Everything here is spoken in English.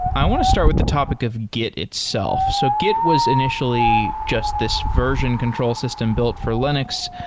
i want to start with the topic of git itself. so git was initially just this version control system built for linux,